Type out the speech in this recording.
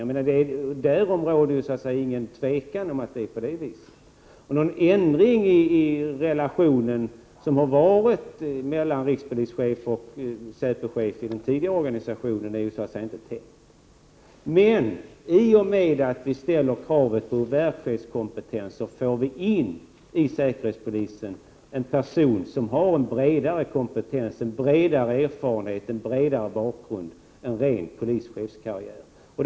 Det råder inget tvivel om att det kommer att förhålla sig på det viset. Det är inte tänkt att det skall ske någon ändring när det gäller den relation som har funnits mellan rikspolischefen och säpochefen i den tidigare organisationen. Men i och med att vi ställer krav på verkschefskompetens får vi i säkerhetspolisen in en person som har en annan bakgrund, en bredare kompetens och erfarenhet än vad en ren polischefskarriär ger.